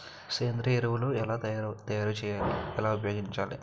సేంద్రీయ ఎరువులు ఎలా తయారు చేయాలి? ఎలా ఉపయోగించాలీ?